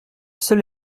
seul